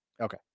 okay